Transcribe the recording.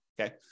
okay